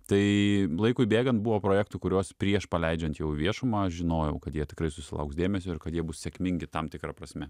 tai laikui bėgant buvo projektų kuriuos prieš paleidžiant jau į viešumą aš žinojau kad jie tikrai susilauks dėmesio ir kad jie bus sėkmingi tam tikra prasme